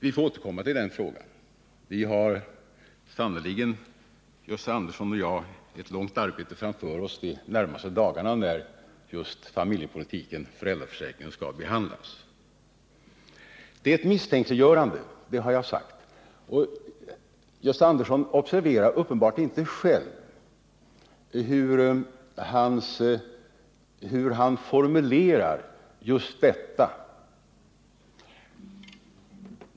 Vi får återkomma till den frågan. Gösta Andersson och jag har sannerligen ett långt arbete framför oss de närmaste dagarna, när just familjepolitiken och föräldraförsäkringen skall behandlas i utskottet. Som jag har sagt rör det sig här om ett misstänkliggörande. Gösta Andersson observerar uppenbart inte själv hur han formulerar just detta.